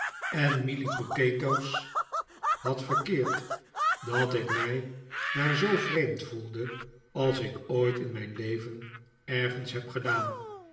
en mealy potatoes had verkeerd dat ik mij daar zoo vreemd voelde als ik ooit in mijn leven ergens heb gedaan